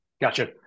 Gotcha